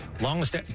Longest